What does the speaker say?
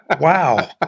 Wow